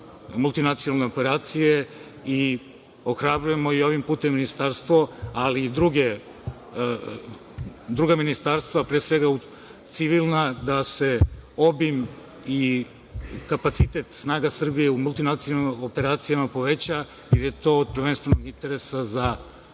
multinacionalne operacije i ohrabrujemo i ovim putem Ministarstvo, ali i druga ministarstva, pre svega civilna, da se obim i kapacitet snaga Srbije u multinacionalnim operacijama poveća, jer je to od prvenstvenog interesa za